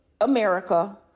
America